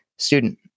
Student